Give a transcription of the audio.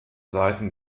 seiten